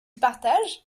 partage